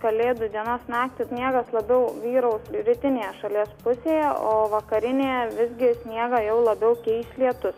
kalėdų dienos naktį sniegas labiau vyraus rytinėje šalies pusėje o vakarinėje visgi sniegą jau labiau keis lietus